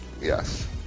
Yes